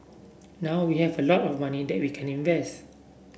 now we have a lot of money that we can invest